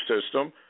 system